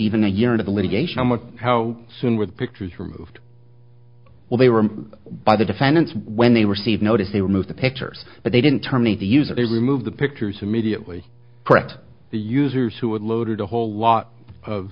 even a year into the litigation with how soon with pictures removed well they were by the defendants when they received notice they removed the pictures but they didn't terminate the user they removed the pictures immediately correct the users who had loaded a whole lot of